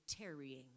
tarrying